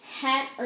hat